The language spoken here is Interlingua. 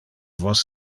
vos